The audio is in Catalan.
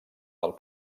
del